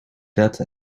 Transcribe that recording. that